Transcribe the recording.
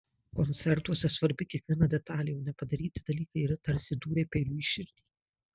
koncertuose svarbi kiekviena detalė o nepadaryti dalykai yra tarsi dūriai peiliu į širdį